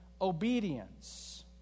obedience